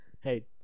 hey